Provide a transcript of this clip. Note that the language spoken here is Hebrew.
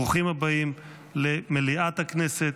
ברוכים הבאים למליאת הכנסת.